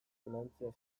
finantzazioa